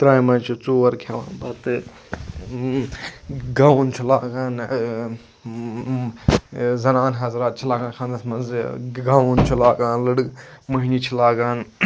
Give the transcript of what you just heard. ترامہِ مَنٛز چھِ ژور کھیٚوان بَتہٕ گاوُن چھ لاگان زَنان حَضرات چھِ لاگان خانٛدرَس مَنٛز گاوُن چھ لاگان لٔڑ مٔہنی چھِ لاگان